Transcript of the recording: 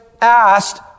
asked